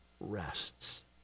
rests